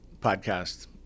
podcast